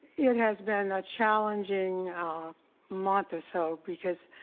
it has been a challenging month or so, because,